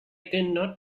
cannot